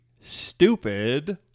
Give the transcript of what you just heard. stupid